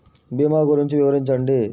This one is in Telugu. భీమా గురించి వివరించండి?